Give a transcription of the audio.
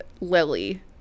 Lily